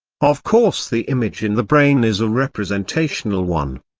of course the image in the brain is a representational one.